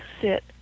sit